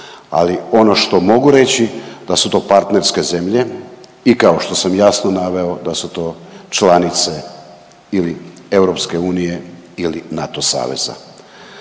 ali ono što mogu reći da su to partnerske zemlje i kao što sam jasno naveo da su to članice ili EU ili NATO saveza.